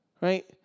right